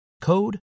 code